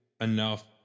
enough